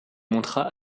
montra